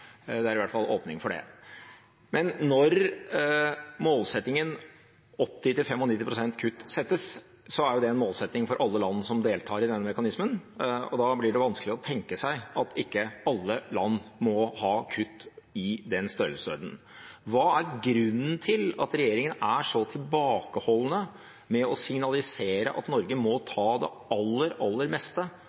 Det er i hvert fall åpning for det. Men når målsettingen 80–95 pst. kutt settes, er jo det en målsetting for alle land som deltar i den mekanismen, og da blir det vanskelig å tenke seg at ikke alle land må ha kutt i den størrelsesordenen. Hva er grunnen til at regjeringen er så tilbakeholden med å signalisere at Norge må ta det aller, aller meste